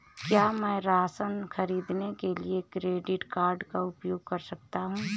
क्या मैं राशन खरीदने के लिए क्रेडिट कार्ड का उपयोग कर सकता हूँ?